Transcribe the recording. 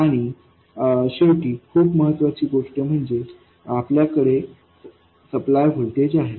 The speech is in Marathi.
आणि शेवटी खूप महत्वाची गोष्ट म्हणजे आपल्याकडे सप्लाय व्होल्टेज आहे